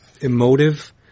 emotive